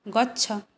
गच्छ